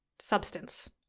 substance